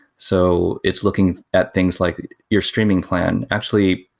so it's looking at things like your streaming plan. actually,